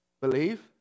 Believe